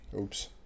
Oops